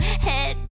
Head